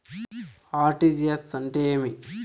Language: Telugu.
ఆర్.టి.జి.ఎస్ అంటే ఏమి?